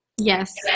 Yes